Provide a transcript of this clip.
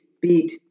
Beat